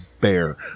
bear